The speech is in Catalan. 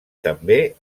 també